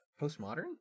Postmodern